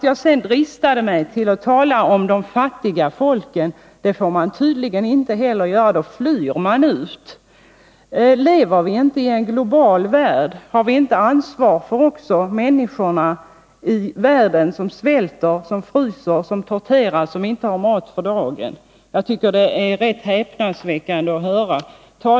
Jag dristade mig till att tala om de fattiga folken. Men det får man tydligen inte keller göra — då flyr man ut. Lever vi inte i en global värld? Har vi inte ansvar för människorna i världen som svälter, som fryser, som torteras och som inte har mat för dagen? Det var rätt häpnadsväckande att höra detta.